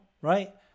right